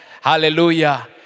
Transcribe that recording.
Hallelujah